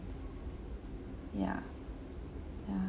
yeah yeah